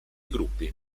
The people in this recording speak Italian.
gruppi